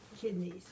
Kidneys